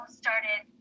started